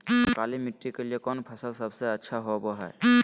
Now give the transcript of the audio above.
काली मिट्टी के लिए कौन फसल सब से अच्छा होबो हाय?